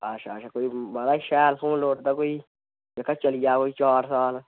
अच्छा अच्छा कोई महाराज शैल फोन लोड़दा कोई जेह्का चली जा कोई चार साल